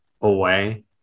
away